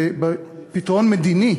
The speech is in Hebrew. בפתרון מדיני,